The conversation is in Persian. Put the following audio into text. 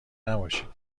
نباشید